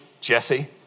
Jesse